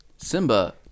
Simba